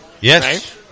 Yes